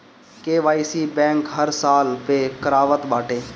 KYC bank हर साल पअ करावत बाटे